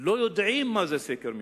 שלא יודעים מה זה סקר מקרקעין.